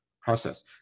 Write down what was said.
process